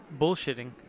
Bullshitting